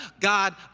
god